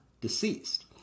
deceased